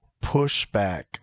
pushback